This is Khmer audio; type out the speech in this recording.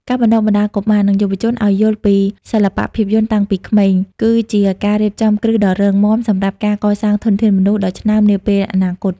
ការបណ្ដុះបណ្ដាលកុមារ និងយុវជនឱ្យយល់ពីសិល្បៈភាពយន្តតាំងពីវ័យក្មេង គឺជាការរៀបចំគ្រឹះដ៏រឹងមាំសម្រាប់ការកសាងធនធានមនុស្សដ៏ឆ្នើមនាពេលអនាគត។